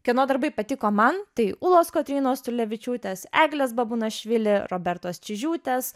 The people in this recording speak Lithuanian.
kieno darbai patiko man tai ulos kotrynos tulevičiūtės eglės babunašvili robertos čyžiūtės